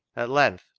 at length,